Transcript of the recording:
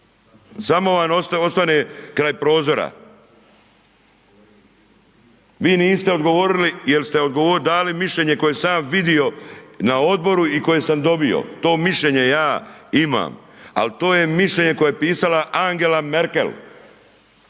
Samo vam osvane kraj prozora. Vi niste odgovorili jer se odgovor dali mišljenje koje sam ja vidio na odboru i koji sam dobio, to mišljenje ja imam. Ali to je mišljenje koje je pisala Angela Merkel